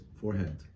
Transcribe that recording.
forehead